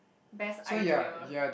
best idea